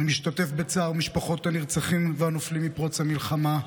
אני משתתף בצער משפחות הנרצחים והנופלים מפרוץ המלחמה,